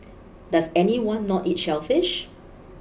does anyone not eat shellfish